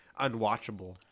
unwatchable